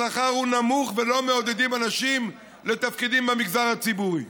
השכר הוא נמוך ולא מעודדים אנשים לתפקידים במגזר הציבורי.